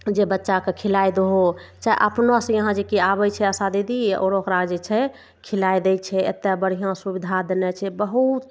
जे बच्चाके खिलाय दहो चाहे अपनोसँ यहाँ जे कि आबय छै आशा दीदी आओर ओकरा जे छै खिलाय दै छै एते बढ़िआँ सुविधा देने छै बहुत